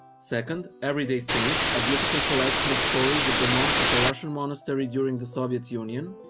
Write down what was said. second, everyday saints, a beautiful collection of stories of the monks of a russian monastery during the soviet union.